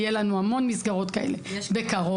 יהיו לנו המון מסגרות כאלה בקרוב.